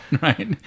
right